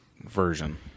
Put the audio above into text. version